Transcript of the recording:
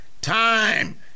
time